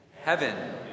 heaven